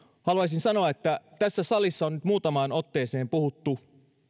haluaisin sanoa että tässä salissa on nyt muutamaan otteeseen puhuttu